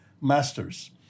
masters